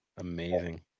Amazing